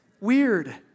weird